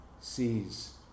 sees